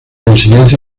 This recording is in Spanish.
enseñanza